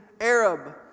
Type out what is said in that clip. Arab